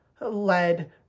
led